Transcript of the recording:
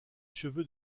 cheveux